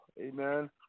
Amen